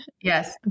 Yes